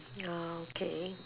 ya okay